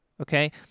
okay